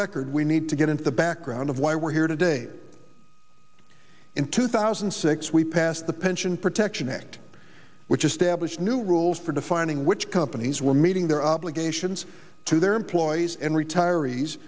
record we need to get into the background of why we're here today in two thousand and six we passed the pension protection act which established new rules for defining which companies were meeting their obligations to their employees and retirees